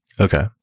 Okay